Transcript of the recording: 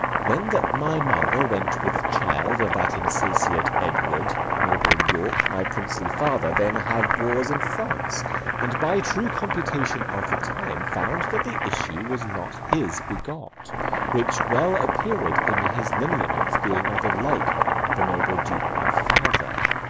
when that my mother went with child of that insatiate edward, noble york, my princely father, then had wars in france and, by true computation of the time, found that the issue was not his begot which well appeared in his lineaments, being nothing like the noble duke my father.